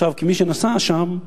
כמי שנסע שם,